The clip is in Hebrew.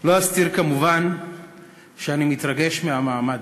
לא אסתיר כמובן שאני מתרגש מהמעמד.